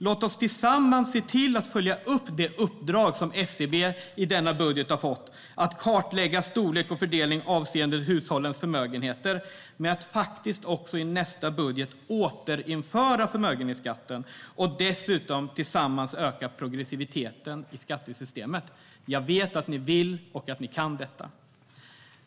Låt oss tillsammans se till att följa upp det uppdrag SCB har fått i denna budget, nämligen att kartlägga storlek och fördelning avseende hushållens förmögenheter, med att i nästa budget återinföra förmögenhetsskatten och dessutom tillsammans öka progressiviteten i skattesystemet. Jag vet att ni vill och kan detta.